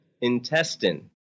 intestine